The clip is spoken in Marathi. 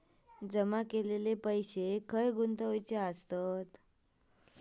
जमा केलेलो पैसो खय गुंतवायचो?